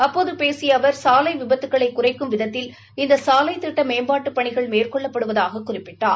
அப்போது பேசிய அவர் சாலை விபத்துக்களை குறைக்கும் விதத்தில் இந்த சாலைத் திட்ட மேம்பாட்டுப் பணிகள் மேற்கொள்ளப்படுவதாகக் குறிப்பிட்டார்